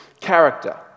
character